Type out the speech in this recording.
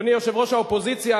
אדוני יושב-ראש האופוזיציה,